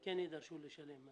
כן נדרשו לשלם.